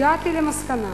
הגעתי למסקנה